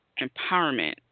Empowerment